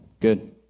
Good